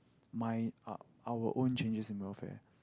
mine our our own changes in welfare